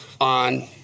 on